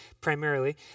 primarily